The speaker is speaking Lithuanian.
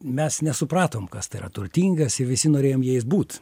mes nesupratom kas tai yra turtingas ir visi norėjom jais būt